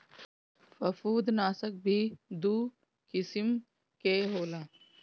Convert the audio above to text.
फंफूदनाशक भी दू किसिम के होला